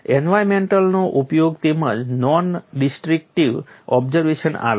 એન્વાયરનમેન્ટનો ઉપયોગ તેમજ non destructive observation આવે છે